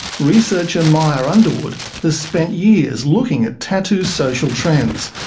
researcher mair underwood has spent years looking at tattoo social trends,